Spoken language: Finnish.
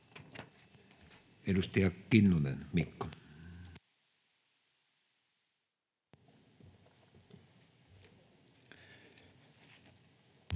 Edustaja Kinnunen, Mikko.